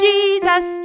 Jesus